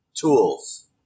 tools